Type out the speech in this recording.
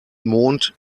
mond